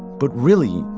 but really.